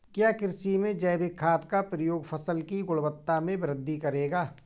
क्या कृषि में जैविक खाद का प्रयोग फसल की गुणवत्ता में वृद्धि करेगा?